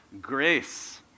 grace